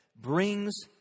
brings